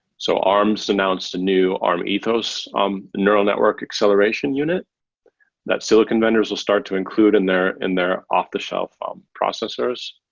so arms announced a new arm ethos um neural network acceleration unit that silicon vendors will start to include in their in their off-the-shelf um processors.